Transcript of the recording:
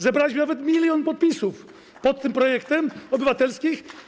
Zebraliśmy nawet 1 mln podpisów pod tym projektem obywatelskim.